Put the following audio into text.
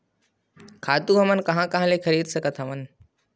खातु हमन कहां कहा ले खरीद सकत हवन?